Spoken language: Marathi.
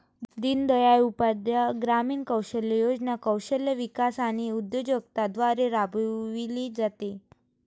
दीनदयाळ उपाध्याय ग्रामीण कौशल्य योजना कौशल्य विकास आणि उद्योजकता द्वारे राबविली जाते